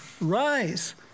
rise